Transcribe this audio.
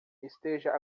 esteja